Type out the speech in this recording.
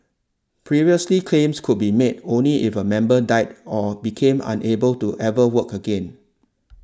previously claims could be made only if a member died or became unable to ever work again